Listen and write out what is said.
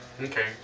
Okay